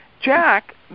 Jack